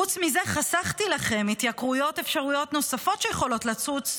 חוץ מזה חסכתי לכם התייקרויות אפשריות נוספות שיכולות לצוץ,